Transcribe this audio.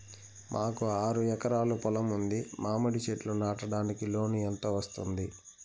మాకు ఆరు ఎకరాలు పొలం ఉంది, మామిడి చెట్లు నాటడానికి లోను ఎంత వస్తుంది?